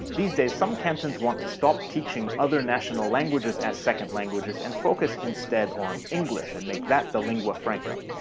these days some cantons want to stop teaching other national languages as second languages and focus instead on english and make that the lingua franca.